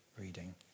reading